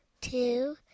two